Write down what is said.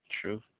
True